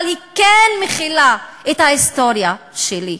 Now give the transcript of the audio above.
אבל היא כן מכילה את ההיסטוריה שלי,